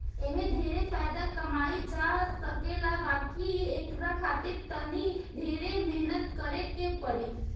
एमे ढेरे फायदा कमाई जा सकेला बाकी एकरा खातिर तनी ढेरे मेहनत करे के पड़ी